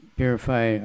purify